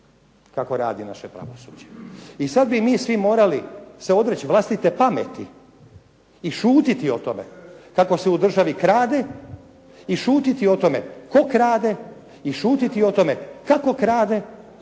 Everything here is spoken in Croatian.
kako radi naše pravosuđe. I sada bi se svi mi morali odreći vlastite pameti i šutiti o tome kako se u državi krade i šutiti o tome tko krade i šutiti o tome kako krade,